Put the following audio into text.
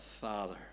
Father